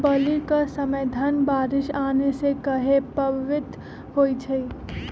बली क समय धन बारिस आने से कहे पभवित होई छई?